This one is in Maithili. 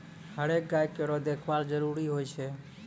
हरेक गाय केरो देखभाल जरूरी होय छै